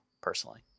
personally